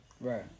Right